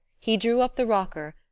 he drew up the rocker,